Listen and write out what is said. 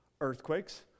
earthquakes